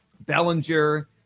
Bellinger